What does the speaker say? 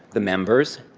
the members,